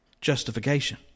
justification